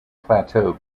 plateau